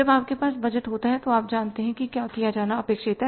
जब आपके पास बजट होता है तो आप जानते हैं कि क्या किया जाना अपेक्षित है